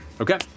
Okay